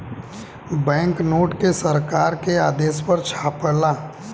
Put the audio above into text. bank note के सरकार के आदेश पर छापाला